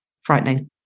frightening